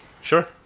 Sure